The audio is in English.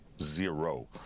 Zero